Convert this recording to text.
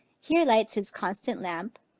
here lights his constant lamp,